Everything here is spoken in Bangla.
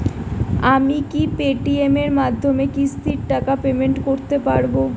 আমি কি পে টি.এম এর মাধ্যমে কিস্তির টাকা পেমেন্ট করতে পারব?